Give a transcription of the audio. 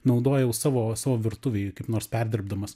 naudoja jau savo savo virtuvėj kaip nors perdirbdamas